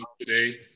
today